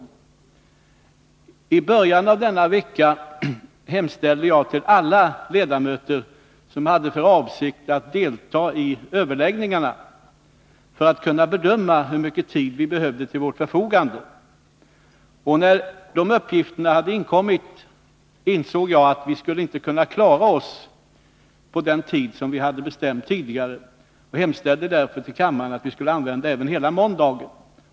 För att kunna bedöma hur mycket tid som vi behövde ha till vårt förfogande hemställde jag i början av denna vecka om uppgifter från alla ledamöter som hade för avsikt att delta i överläggningarna. När de uppgifterna hade inkommit, ansåg jag att vi inte skulle kunna klara oss på den tid som vi tidigare hade bestämt. Jag hemställde därför att vi skulle använda även hela måndagen.